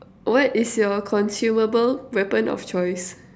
what is your consumable weapon of choice